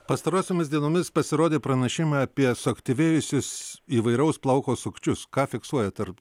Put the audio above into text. pastarosiomis dienomis pasirodė pranešimai apie suaktyvėjusius įvairaus plauko sukčius ką fiksuojat ar